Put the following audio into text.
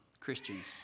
Christians